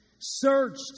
searched